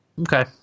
Okay